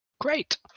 Great